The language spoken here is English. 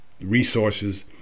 resources